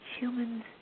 humans